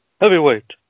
Heavyweight